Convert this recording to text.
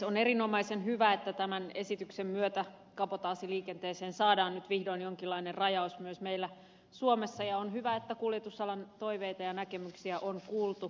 on erinomaisen hyvä että tämän esityksen myötä kabotaasiliikenteeseen saadaan nyt vihdoin jonkinlainen rajaus myös meillä suomessa ja on hyvä että kuljetusalan toiveita ja näkemyksiä on kuultu